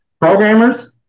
Programmers